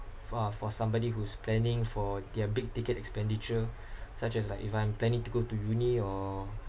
for for somebody who's planning for their big ticket expenditure such as like if I'm planning to go to uni or